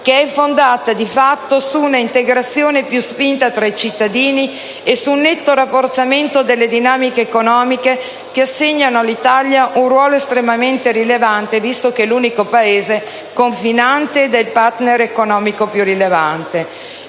Paesi, fondata di fatto su una integrazione più spinta tra i cittadini e su un netto rafforzamento delle dinamiche economiche, che assegnano all'Italia un ruolo estremamente rilevante, visto che è l'unico Paese confinante e il *partner* economico più rilevante.